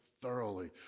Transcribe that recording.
thoroughly